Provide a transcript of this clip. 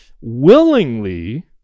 willingly